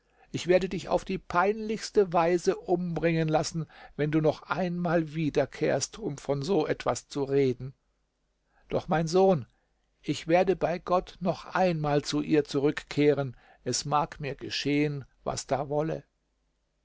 ich werde dich auf die peinlichste weise umbringen lassen wenn du noch einmal wiederkehrst um von so etwas zu reden doch mein sohn ich werde bei gott noch einmal zu ihr zurückkehren es mag mir geschehen was da wolle